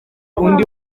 undi